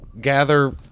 gather